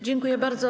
Dziękuję bardzo.